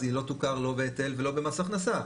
אז היא לא תוכר לא בהיטל ולא במס הכנסה.